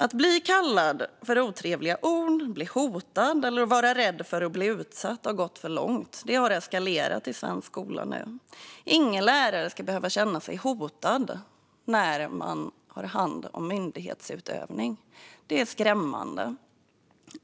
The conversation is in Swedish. Att kallas för otrevliga ord, att bli hotad eller att vara rädd för att bli utsatt har gått för långt. Det har eskalerat i svensk skola. Inga lärare ska behöva känna sig hotade när de ägnar sig åt myndighetsutövning. Det är skrämmande